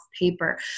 paper